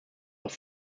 auch